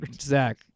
Zach